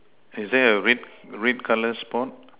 is there a red red color spot